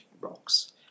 rocks